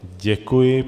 Děkuji.